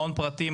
מעון פרטי,